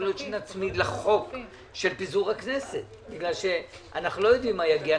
יכול להיות שנצמיד לחוק על פיזור הכנסת בגלל שאנחנו לא יודעים מה יגיע.